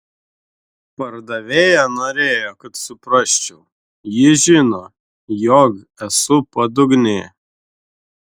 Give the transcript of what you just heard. pardavėja norėjo kad suprasčiau ji žino jog esu padugnė